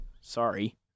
Sorry